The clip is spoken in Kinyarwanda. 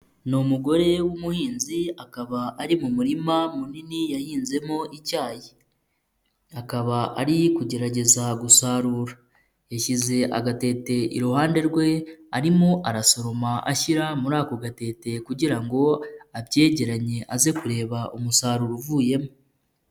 Ni umugore w'umuhinzi akaba ari mu murima munini yahinzemo icyayi, akaba ari kugerageza gusarura, yashyize agatete iruhande rwe arimo arasoroma ashyira muri ako gatete kugira ngo abyegeranye aze kureba umusaruro uvuyemo.